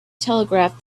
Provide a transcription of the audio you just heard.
telegraph